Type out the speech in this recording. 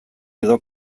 edo